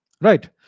Right